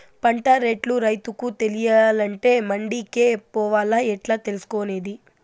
పంట రేట్లు రైతుకు తెలియాలంటే మండి కే పోవాలా? ఎట్లా తెలుసుకొనేది?